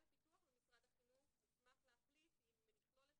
מינהל הפיתוח במשרד החינוך מוסמך להחליט אם לכלול את